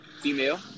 female